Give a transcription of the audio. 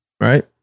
Right